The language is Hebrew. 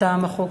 אתה מחוק.